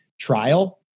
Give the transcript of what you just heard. trial